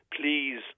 please